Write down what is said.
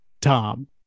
Tom